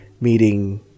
meeting